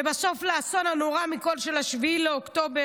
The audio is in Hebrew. ובסוף לאסון הנורא מכל של 7 באוקטובר,